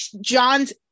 John's